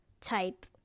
type